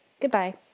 Goodbye